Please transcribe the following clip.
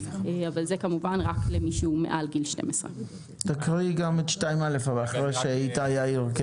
אבל זה כמובן רק למי שהוא מעל גיל 12. תקריאי גם את 2א אבל אחרי שאיתי יעיר.